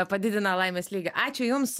padidina laimės lygį ačiū jums